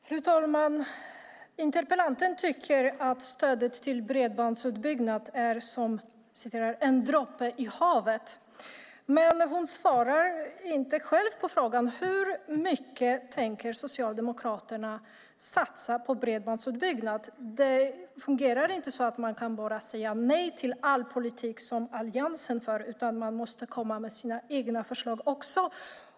Fru talman! Interpellanten tycker att stödet till bredbandsutbyggnad är en droppe i havet. Hon svarar dock inte på hur mycket Socialdemokraterna tänker satsa på bredbandsutbyggnad. Man kan inte bara säga nej till all politik som Alliansen har, utan man måste komma med egna förslag också.